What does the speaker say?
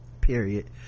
period